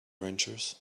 ranchers